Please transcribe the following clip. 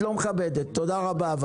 תודה רבה.